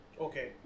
Okay